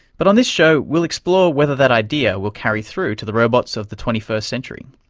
but on this show we'll explore whether that idea will carry through to the robots of the twenty first century.